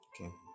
Okay